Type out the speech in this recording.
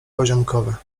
poziomkowe